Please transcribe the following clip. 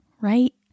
right